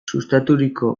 sustaturiko